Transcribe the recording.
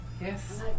Yes